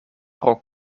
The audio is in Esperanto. pro